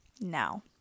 now